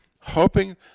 hoping